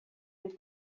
and